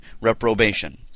reprobation